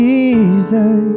Jesus